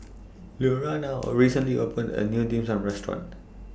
Lurana recently opened A New Dim Sum Restaurant